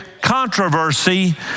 controversy